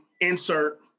insert